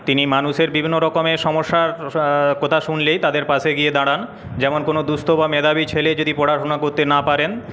তিনি মানুষের বিভিন্ন রকমের সমস্যার কথা শুনলেই তাদের পাশে গিয়ে দাঁড়ান যেমন কোন দুঃস্থ বা মেধাবী ছেলে যদি পড়াশুনো করতে না পারেন